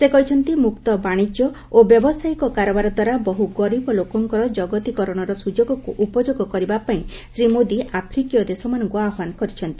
ସେ କହିଛନ୍ତି ମୁକ୍ତ ବାଣିଜ୍ୟ ଓ ବ୍ୟାବସାୟିକ କାରବାରଦ୍ୱାରା ବହୁ ଗରିବ ଲୋକଙ୍କର କଗତିକରଣର ସୁଯୋଗକୁ ଉପଯୋଗ କରିବାପାଇଁ ଶ୍ରୀ ମୋଦି ଆଫ୍ରିକୀୟ ଦେଶମାନଙ୍କୁ ଆହ୍ୱାନ କରିଛନ୍ତି